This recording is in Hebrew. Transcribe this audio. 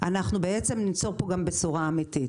אנחנו ניצור פה בשורה אמיתית.